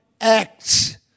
Acts